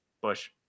bush